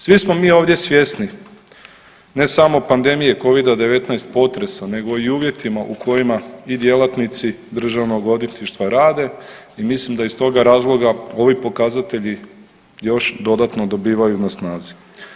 Svi smo mi ovdje svjesni ne samo pandemije Covida-19, potresa nego i uvjetima u kojima i djelatnici državnog odvjetništva rade i mislim da iz toga razloga ovi pokazatelji još dodatno dobivaju na snazi.